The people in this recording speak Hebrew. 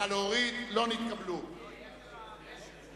ירים את ידו.